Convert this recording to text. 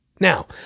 Now